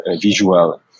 visual